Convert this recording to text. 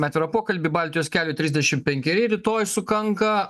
atvirą pokalbį baltijos keliui trisdešimt penkeri rytoj sukanka